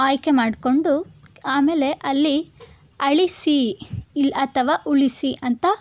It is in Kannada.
ಆಯ್ಕೆ ಮಾಡಿಕೊಂಡು ಆಮೇಲೆ ಅಲ್ಲಿ ಅಳಿಸಿ ಇಲ್ಲಿ ಅಥವಾ ಉಳಿಸಿ ಅಂತ